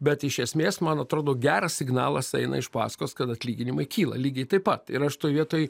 bet iš esmės man atrodo geras signalas eina iš paskos kad atlyginimai kyla lygiai taip pat ir aš toj vietoj